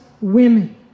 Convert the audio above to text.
women